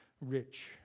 rich